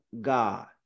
God